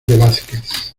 velázquez